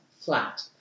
Flat